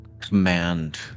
command